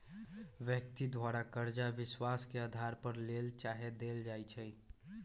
व्यक्ति द्वारा करजा विश्वास के अधार पर लेल चाहे देल जाइ छइ